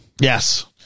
Yes